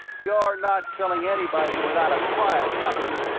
you're not killing anybody without a trial, captain.